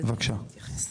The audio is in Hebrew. בבקשה.